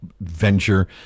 venture